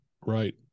right